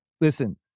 Listen